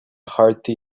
hearty